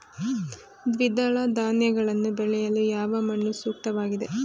ದ್ವಿದಳ ಧಾನ್ಯಗಳನ್ನು ಬೆಳೆಯಲು ಯಾವ ಮಣ್ಣು ಸೂಕ್ತವಾಗಿದೆ?